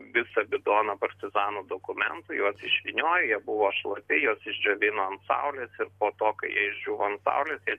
visą bidoną partizanų dokumentų juos išvyniojo jie buvo šlapi juos išdžiovino ant saulėsir po to kai jie išdžiūvo ant saulės jie